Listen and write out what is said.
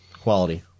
quality